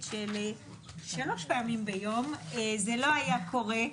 של שלוש פעמים ביום זה לא היה קורה,